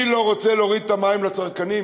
מי לא רוצה להוריד את מחיר המים לצרכנים?